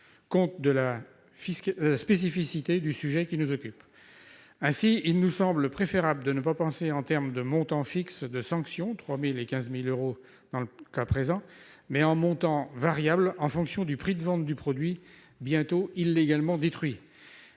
nous, de la spécificité du sujet qui nous occupe. Ainsi, il nous semble préférable de ne pas penser en termes de montant fixe de sanctions- 3 000 euros et 15 000 euros dans le cas présent -, mais en montant variable en fonction du prix de vente du produit bientôt illégalement détruit.